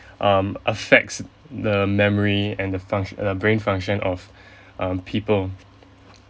um affects the memory and the func~ the brain function of um people